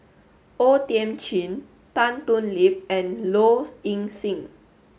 O Thiam Chin Tan Thoon Lip and Low Ing Sing